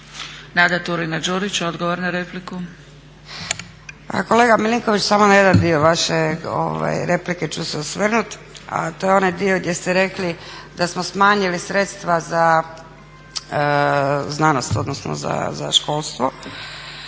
**Turina-Đurić, Nada (HNS)** Pa kolega Milinković, samo na jedan dio vaše replike ću se osvrnut, a to je onaj dio gdje ste rekli da smo smanjili sredstava za znanost odnosno za školstvo